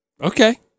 Okay